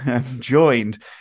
joined